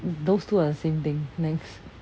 those two are the same thing next